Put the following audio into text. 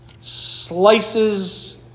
slices